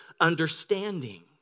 understanding